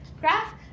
graph